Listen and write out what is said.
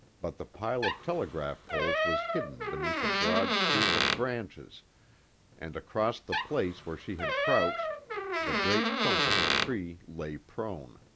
but the pile of telegraph poles was hidden beneath a broad sweep of branches and across the place where she had crouched the great trunk of the tree lay prone.